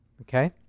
Okay